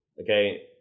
Okay